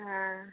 हँ